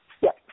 Yes